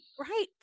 Right